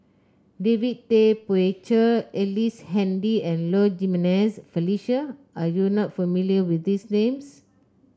David Tay Poey Cher Ellice Handy and Low Jimenez Felicia are you not familiar with these names